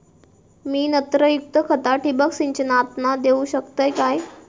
मी नत्रयुक्त खता ठिबक सिंचनातना देऊ शकतय काय?